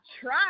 try